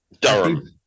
Durham